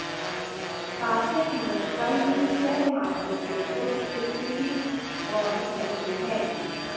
काशिफ़ ने कल ही शेयर मार्केट से कुछ इक्विटी बांड खरीदे है